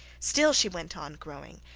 still she went on growing,